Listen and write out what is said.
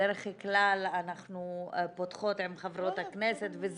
בדרך כלל אנחנו פותחות עם חברות הכנסת אבל